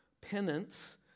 penance